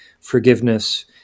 forgiveness